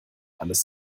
alles